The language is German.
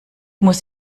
muss